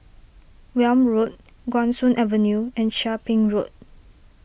Welm Road Guan Soon Avenue and Chia Ping Road